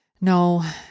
No